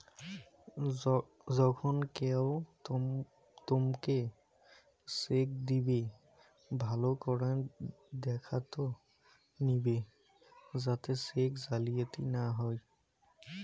যখন কেও তোমকে চেক দিইবে, ভালো করাং দেখাত নিবে যাতে চেক জালিয়াতি না হউ